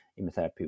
immunotherapy